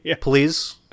Please